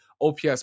OPS